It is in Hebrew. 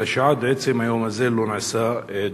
עד עצם היום הזה לא נעשה דבר.